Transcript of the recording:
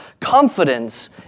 confidence